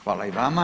Hvala i vama.